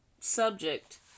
subject